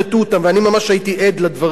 אני ממש הייתי עד לדברים האלה.